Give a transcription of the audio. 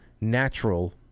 natural